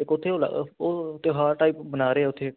ਇੱਕ ਓਥੇ ਓ ਲੱਗਦਾ ਓ ਤਿਉਹਾਰ ਟਾਈਪ ਉਹ ਮਨਾ ਰਹੇ ਉੱਥੇ